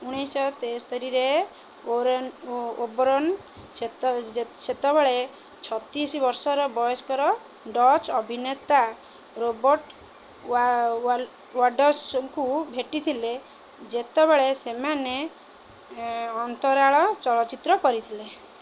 ଉଣେଇଶି ଶହ ତେସ୍ତରୀରେ ଓରେନ ଓ ଓବରନ୍ ସେ ସେତେବେଳେ ଛତିଶ ବର୍ଷର ବୟସ୍କର ଡଚ୍ ଅଭିନେତା ରୋବର୍ଟ ୱଲ୍ଡର୍ସଙ୍କୁ ଭେଟିଥିଲେ ଯେତେବେଳେ ସେମାନେ ଅନ୍ତରାଳ ଚଳଚ୍ଚିତ୍ର କରିଥିଲେ